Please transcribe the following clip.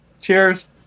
Cheers